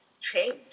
change